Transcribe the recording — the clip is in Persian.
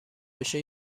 بشه